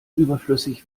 überflüssig